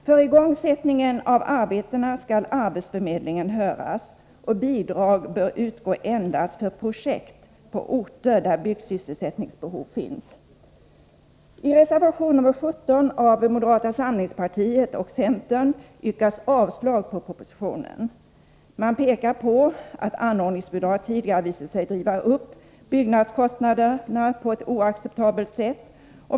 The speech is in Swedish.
För igångsättningen av arbetena skall arbetsförmedlingen höras. Bidrag bör utgå endast för projekt på orter där byggsysselsättningsbehov finns. I reservation nr 17 av moderata samlingspartiet och centern yrkas avslag på propositionen. Man pekar på att anordningsbidrag tidigare visat sig driva upp byggnadskostnaderna på ett oacceptabelt sätt.